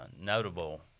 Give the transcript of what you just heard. notable